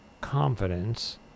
Confidence